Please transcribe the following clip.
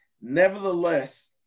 Nevertheless